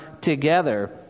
together